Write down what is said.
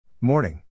Morning